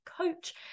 Coach